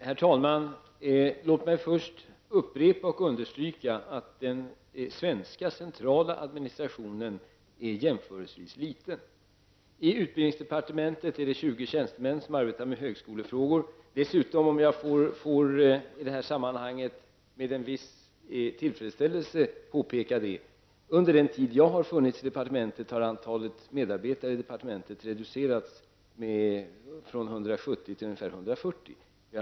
Herr talman! Låt mig först upprepa och understryka att den centrala administrationen i Sverige är jämförelsevis liten. I utbildningsdepartementet är det 20 tjänstemän som arbetar med högskolefrågor. Jag vill dessutom i det här sammanhanget med en viss tillfredsställelse påpeka att antalet medarbetare i departementet under den tid jag har funnits där har reducerats från 170 till ungefär 140.